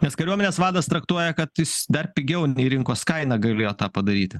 nes kariuomenės vadas traktuoja kad jis dar pigiau nei rinkos kaina galėjo tą padaryti